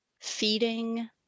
feeding